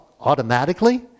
automatically